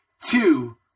Two